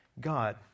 God